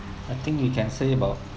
I think you can say about